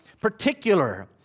particular